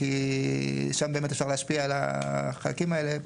כי שם באמת אפשר להשפיע על החלקים האלה.